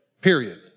Period